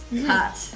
Hot